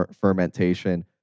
fermentation